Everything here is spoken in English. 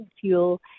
fuel